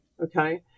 Okay